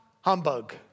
humbug